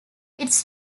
its